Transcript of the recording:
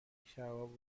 کباب